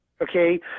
okay